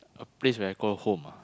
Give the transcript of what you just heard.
a place where I call home ah